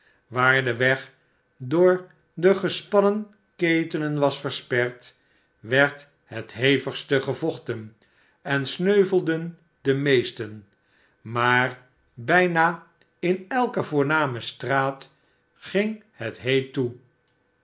waar de weg door de gespannen ketenen was versperd werd het hevigste gevochten en sneuvelden de meesten maar bijna in elke voorname straat ging het heet toe